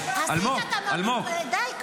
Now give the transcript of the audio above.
אלמוג, אלמוג.